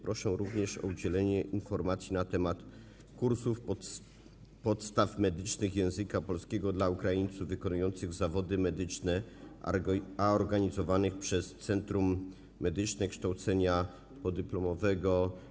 Proszę również o udzielenie informacji na temat kursów obejmujących podstawy medycznego języka polskiego dla Ukraińców wykonujących zawody medyczne, organizowanych przez Centrum Medyczne Kształcenia Podyplomowego.